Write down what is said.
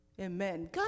Amen